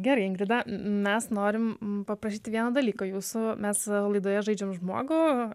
gerai ingrida mes norim paprašyti vieno dalyko jūsų mes laidoje žaidžiam žmogų